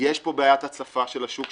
יש פה בעיית הצפה של השוק,